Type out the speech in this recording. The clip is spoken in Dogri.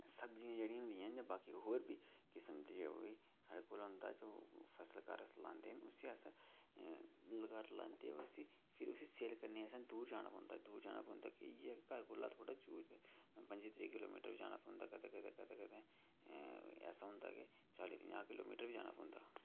सब्जियां जेह्ड़ियां होंदियां जां बाकी होर बी किसम दी जेह्ड़ी साढ़ै होंदे ते ओह् फसल घर अस लांदे न ते अस घर लांदे ओह् उसी फिर सेल करने गी असें दूर जाना पौंदा दूर जाना पौंदा कि इ'यै ऐ कि घर कोला थोह्ड़ा दूर पंजी त्रीह् किल्लो मीटर जाना पौंदा कदें कदें कदें कदें ऐसा होंदा कि चाली पंजाह् किल्लो मीटर बी जाना पौंदा